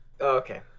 Okay